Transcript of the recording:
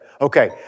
Okay